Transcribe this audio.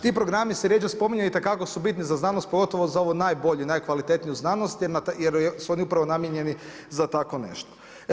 Ti programi se rjeđe spominju itekako su bitni za znanosti pogotovo za ovu najbolje, najkvalitetniju znanost jer su oni upravo namijenjeni za takvo nešto.